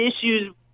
issues